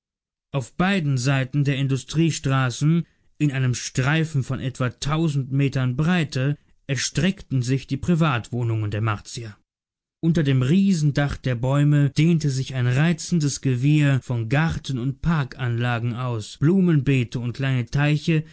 auf beiden seiten der industriestraßen in einem streifen von etwa tausend metern breite erstreckten sich die privatwohnungen der martier unter dem riesendach der bäume dehnte sich ein reizendes gewirr von garten und parkanlagen aus blumenbeete und kleine teiche